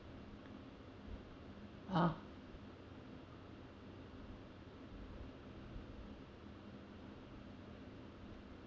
ah